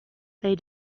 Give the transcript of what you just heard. they